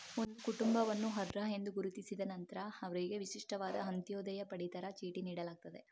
ಒಂದು ಕುಟುಂಬವನ್ನು ಅರ್ಹ ಎಂದು ಗುರುತಿಸಿದ ನಂತ್ರ ಅವ್ರಿಗೆ ವಿಶಿಷ್ಟವಾದ ಅಂತ್ಯೋದಯ ಪಡಿತರ ಚೀಟಿ ನೀಡಲಾಗ್ತದೆ